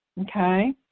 okay